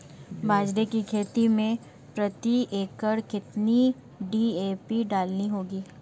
बाजरे की खेती में प्रति एकड़ कितनी डी.ए.पी डालनी होगी?